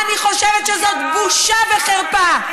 אני חושבת שזאת בושה וחרפה.